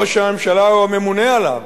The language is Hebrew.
ראש הממשלה הוא הממונה עליו.